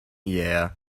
yeah